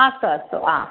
अस्तु अस्तु हा